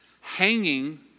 hanging